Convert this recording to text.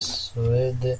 suède